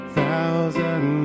thousand